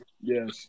Yes